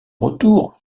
retour